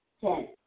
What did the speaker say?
Ten